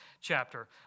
chapter